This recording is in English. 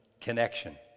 connection